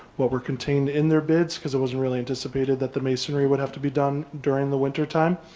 what were contained in their bids cause it wasn't really anticipated that the masonry would have to be done during the wintertime.